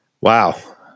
Wow